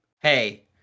Hey